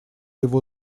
его